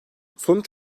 sonuç